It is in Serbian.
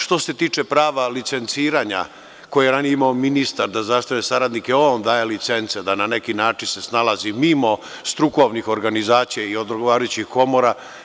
Što se tiče prava licenciranja koje je ranije imao ministar, da zaštiti saradnike, on daje licence da se, na neki način, snalazi, mimo strukovnih organizacija i odgovarajućih komora.